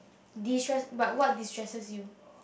distress but what distresses you